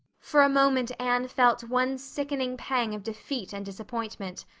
for a moment anne felt one sickening pang of defeat and disappointment.